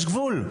יש גבול.